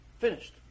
Finished